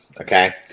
okay